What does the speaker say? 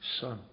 Son